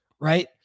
Right